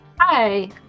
Hi